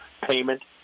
payment